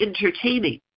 Entertaining